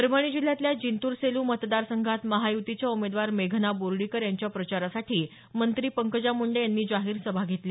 परभणी जिल्ह्यातल्या जिंतूर सेलू मतदारसंघात महायुतीच्या उमेदवार मेघना बोर्डीकर यांच्या प्रचारासाठी मंत्री पंकजा मुंडे यांनी जाहीर सभा घेतली